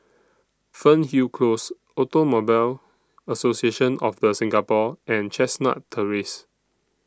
Fernhill Close Automobile Association of The Singapore and Chestnut Terrace